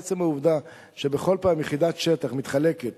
עצם העובדה שבכל פעם יחידת שטח מתחלקת